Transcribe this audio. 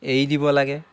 এৰি দিব লাগে